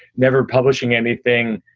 never publishing anything